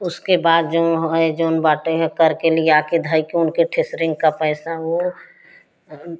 उसके बाद जौन है जौन बाटे है करके लिआके धैके उनके ठेसरिंग का पैसा वो